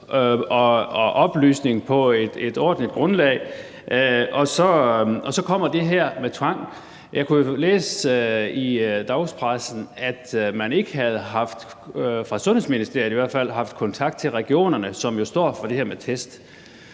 og oplysning på et ordentligt grundlag, og så kommer det her med tvang. Jeg kunne jo læse i dagspressen, at man ikke – i hvert fald ikke fra Sundhedsministeriets side